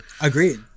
Agreed